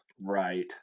Right